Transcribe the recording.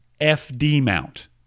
FD-mount